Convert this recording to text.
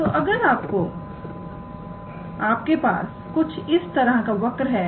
तो अगर आपके पास कुछ इस तरह का वक्र है